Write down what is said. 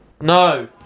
No